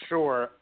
Sure